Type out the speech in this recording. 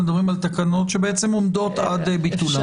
מדברים על תקנות שעומדות עד ביטולן.